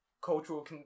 cultural